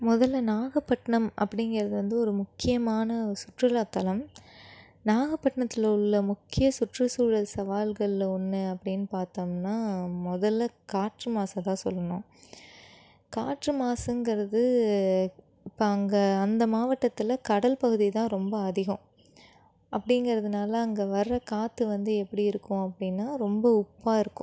முதல்ல நாகப்பட்டினம் அப்படிங்கிறது வந்து ஒரு முக்கியமான ஒரு சுற்றுலாத்தலம் நாகப்பட்டினத்துல உள்ள முக்கிய சுற்றுச்சூழல் சவால்களில் ஒன்று அப்படின்னு பார்த்தோம்னா முதல்ல காற்று மாசை தான் சொல்லணும் காற்று மாசுங்கிறது இப்ப அங்கே அந்த மாவட்டத்தில் கடல் பகுதி தான் ரொம்ப அதிகம் அப்படிங்கிறதுனால அங்கே வர்ற காற்று வந்து எப்படி இருக்கும் அப்படின்னா ரொம்ப உப்பாக இருக்கும்